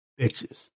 bitches